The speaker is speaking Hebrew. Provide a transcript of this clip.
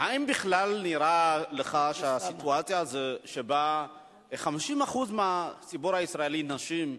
האם בכלל נראה לך שהסיטואציה שבה 50% מהציבור הישראלי הם נשים,